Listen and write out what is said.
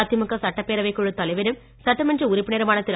அதிமுக சட்டப் பேரவைக் குழு தலைவரும் சட்டமன்ற உறுப்பினருமான திரு